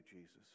Jesus